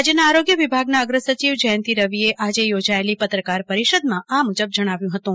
રાજયના આરોગ્ય વિભાગના અગ્રસચિવ જયંતિ રવિએ આજે યોજાયેલી પત્રકાર પરિષદમાં આ મુજબ જણાવ્યું હતું